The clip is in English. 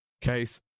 case